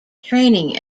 training